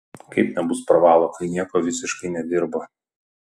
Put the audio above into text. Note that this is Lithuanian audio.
kaip nebus pravalo kai nieko visiškai nedirbo